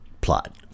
plot